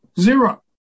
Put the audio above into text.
Zero